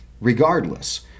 regardless